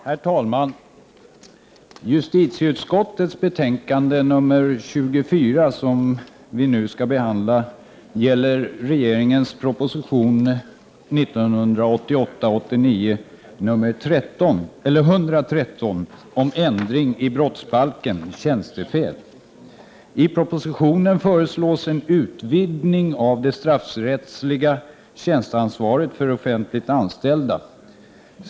Herr talman! Justitieutskottets betänkande nr 24, som vi nu skall diskutera, behandlar regeringens proposition 1988/89:113 om ändring i brottsbalken när det gäller tjänstefel. I propositionen föreslås en utvidgning av det straffrättsliga tjänsteansvaret för offentligt anställda.